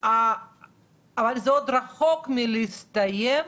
אבל זה עוד רחוק מלהסתיים,